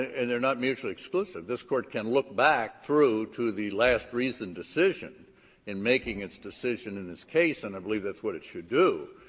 and they're not mutually exclusive. this court can look back through to the last reasoned decision in making its decision in this case, and i believe that's what it should do.